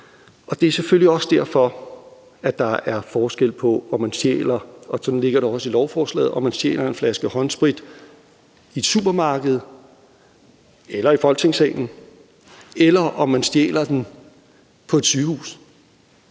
at der, som det ligger i lovforslaget, er forskel på, om man stjæler en flaske håndsprit i et supermarked – eller i Folketingssalen – eller om man stjæler den på et sygehus